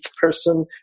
person